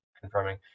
confirming